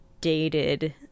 dated